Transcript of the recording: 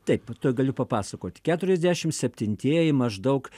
taip tuoj galiu papasakot keturiasdešim septintieji maždaug